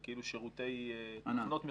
שכאילו שירותי תוכנות מסוימות.